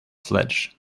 sledge